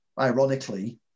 Ironically